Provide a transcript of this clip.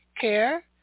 care